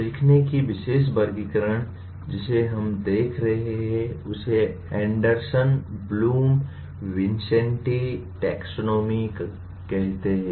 सीखने की विशेष वर्गीकरण जिसे हम देख रहे हैं उसे एंडरसन ब्लूमविंसेंटी टैक्सोनॉमी कहा जाता है